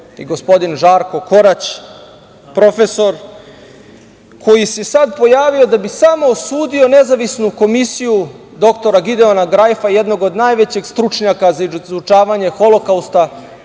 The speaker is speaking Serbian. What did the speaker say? i gospodin Žarko Korać, profesor, koji se sad pojavio da bi samo osudio nezavisnu komisiju doktora Gideona Drajfa, jednog od najvećih stručnjaka za izučavanje Holokausta,